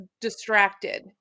distracted